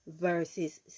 verses